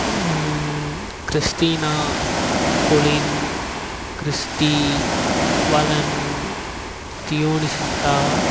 Christina Colin Christie வலன் தியோனி சிந்தா